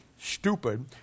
stupid